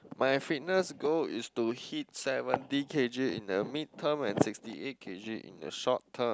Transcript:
my fitness goal is to hit seventy K_G in the mid term and sixty eight K_G in the short term